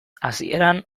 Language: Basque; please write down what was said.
hasieran